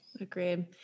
Agreed